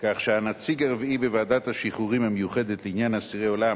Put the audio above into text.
כך שהנציג הרביעי בוועדת השחרורים המיוחדת לעניין אסירי עולם